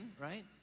right